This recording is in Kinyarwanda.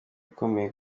ukomeye